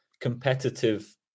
competitive